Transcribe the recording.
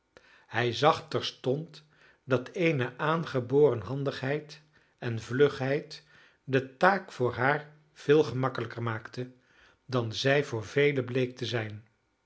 hij zag terstond dat eene aangeboren handigheid en vlugheid de taak voor haar veel gemakkelijker maakte dan zij voor velen bleek te zijn